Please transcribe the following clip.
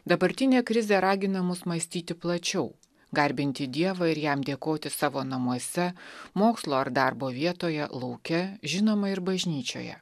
dabartinė krizė ragina mus mąstyti plačiau garbinti dievą ir jam dėkoti savo namuose mokslo ar darbo vietoje lauke žinoma ir bažnyčioje